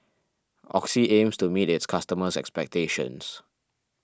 Oxy aims to meet its customers' expectations